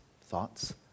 thoughts